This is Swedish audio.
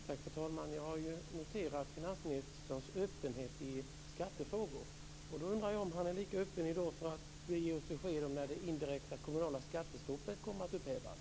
Fru talman! Jag har noterat finansministerns öppenhet i skattefrågor. Då undrar jag om han är lika öppen i dag för att ge oss besked om när det indirekta kommunala skattestoppet kommer att upphävas.